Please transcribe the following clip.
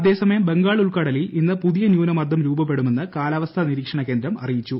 അതേസമയം ബംഗാൾ ഉൾക്കടലിൽ ഇന്ന് പുതിയ ന്യൂനമർദം രൂപപ്പെടുമെന്ന് കാലാവസ്ഥ നിരീക്ഷണ കേന്ദ്രം അറിയിച്ചു